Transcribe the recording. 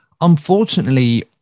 Unfortunately